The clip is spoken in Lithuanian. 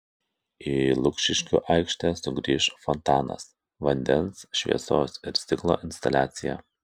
į lukiškių aikštę sugrįš fontanas vandens šviesos ir stiklo instaliacija